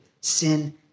sin